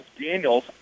Daniels